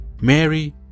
Mary